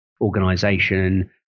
organization